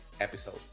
episode